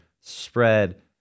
spread